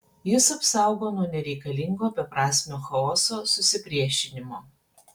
jis apsaugo nuo nereikalingo beprasmio chaoso susipriešinimo